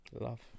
Love